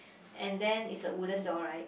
and then is the wooden door right